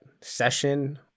session